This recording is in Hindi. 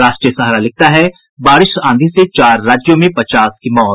राष्ट्रीय सहारा लिखता है बारिश आंधी से चार राज्यों में पचास की मौत